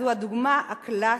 זו הדוגמה הקלאסית.